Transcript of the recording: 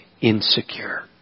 insecure